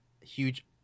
huge